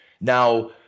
Now